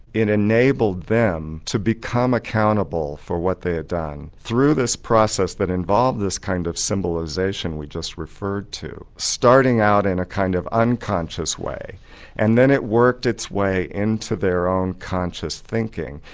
enabled them to become accountable for what they had done through this process that involved this kind of symbolisation we just referred to, starting out in a kind of unconscious way and then it worked its way into their own conscious thinking,